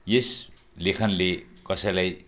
यस लेखनले कसैलाई